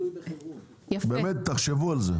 באמת תחשבו על זה.